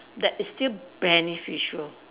that is still beneficial